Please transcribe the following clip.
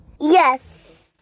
Yes